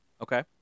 Okay